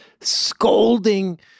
scolding